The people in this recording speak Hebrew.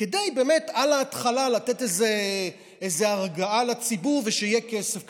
כדי באמת על ההתחלה לתת איזה הרגעה לציבור ושיהיה כסף קצת.